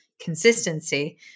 consistency